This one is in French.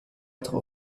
être